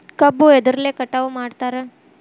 ಕಬ್ಬು ಎದ್ರಲೆ ಕಟಾವು ಮಾಡ್ತಾರ್?